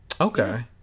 okay